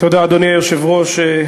אדוני היושב-ראש,